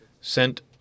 sent